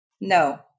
No